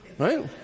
Right